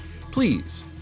please